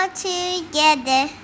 together